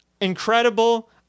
Incredible